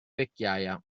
vecchiaia